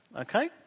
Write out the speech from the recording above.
okay